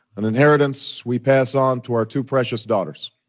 an inheritance we pass on to our two precious daughters.